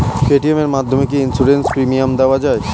Paytm এর মাধ্যমে কি ইন্সুরেন্স প্রিমিয়াম দেওয়া যায়?